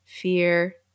Fear